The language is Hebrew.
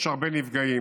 יש הרבה נפגעים.